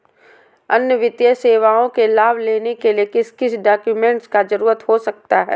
अन्य वित्तीय सेवाओं के लाभ लेने के लिए किस किस डॉक्यूमेंट का जरूरत हो सकता है?